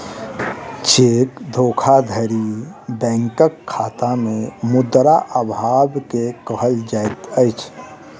cheque धोखाधड़ी बैंकक खाता में मुद्रा अभाव के कहल जाइत अछि